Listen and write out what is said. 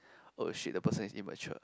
!oh shit! the person is immature